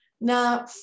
now